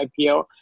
IPO